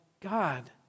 God